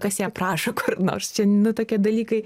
kas ją aprašo kur nors čia nu tokie dalykai